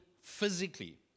physically